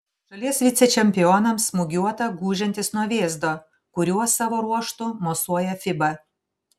šalies vicečempionams smūgiuota gūžiantis nuo vėzdo kuriuo savo ruožtu mosuoja fiba